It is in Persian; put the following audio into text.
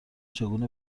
چگونه